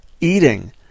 eating